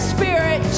Spirit